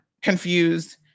confused